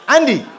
Andy